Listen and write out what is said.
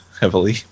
heavily